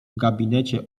gabinecie